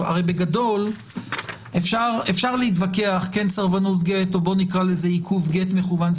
הרי בגדול אפשר להתווכח כן סרבנות גט או בוא נקרא לזה עיכוב גט מכוון,